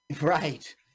right